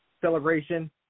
celebration